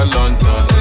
London